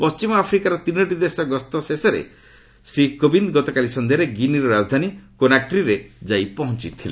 ପଣ୍ଟିମ ଆଫ୍ରିକାର ତିନୋଟି ଦେଶ ଗସ୍ତର ଶେଷ ପର୍ଯ୍ୟାୟରେ ଶ୍ରୀ କୋବିନ୍ଦ ଗତକାଲି ସନ୍ଧ୍ୟାରେ ଗିନିର ରାଜଧାନୀ କୋନାକ୍ରିରେ ଯାଇ ପହଞ୍ଚିଥିଲେ